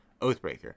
Oathbreaker